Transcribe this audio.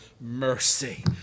mercy